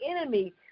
enemy